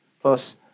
plus